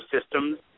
Systems